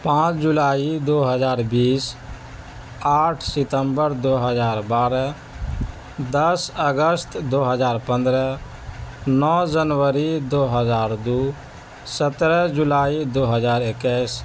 پانچ جولائی دو ہزار بیس آٹھ ستمبر دو ہزار بارہ دس اگست دو ہزار پندرہ نو جنوری دو ہزار دو سترہ جولائی دو ہزار اکیس